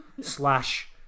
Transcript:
slash